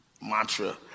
mantra